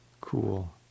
cool